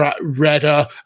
redder